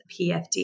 PFD